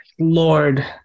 Lord